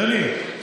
בני,